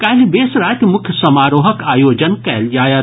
काल्हि बेस राति मुख्य समारोहक आयोजन कयल जायत